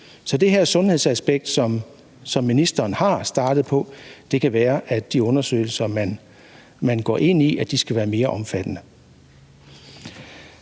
med det her sundhedsaspekt, som ministeren er startet på at inddrage, kan det være, at de undersøgelser, man går ind i, skal være mere omfattende.